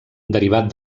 derivat